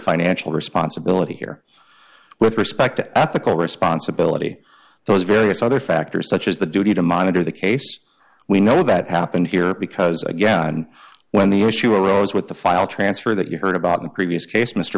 financial responsibility here with respect to ethical responsibility those various other factors such as the duty to monitor the case we know that happened here because again when the issue arose with the file transfer that you heard about the previous case mr